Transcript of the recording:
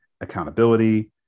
accountability